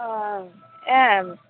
हाँ आएब